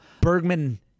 Bergman